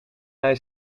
hij